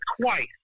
twice